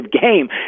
game